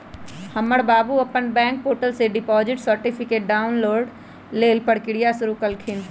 हमर बाबू अप्पन बैंक पोर्टल से डिपॉजिट सर्टिफिकेट डाउनलोड लेल प्रक्रिया शुरु कलखिन्ह